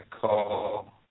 call